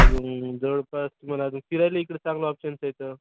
अजून जवळपास तुम्हाला अजून फिरायला इकडं चांगलं ऑप्शन्स आहेत